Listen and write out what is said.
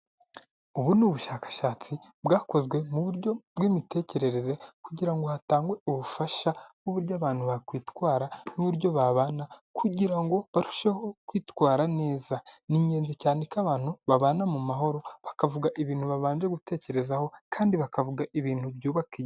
Ubu ni ubushakashatsi bwakozwe mu buryo bw'imitekerereze kugira ngo hatangwe ubufasha bw'uburyo abantu bakwitwara n'uburyo babana kugira ngo barusheho kwitwara neza . Ni ingenzi cyane ko abantu babana mu mahoro bakavuga ibintu babanje gutekerezaho kandi bakavuga ibintu byubaka.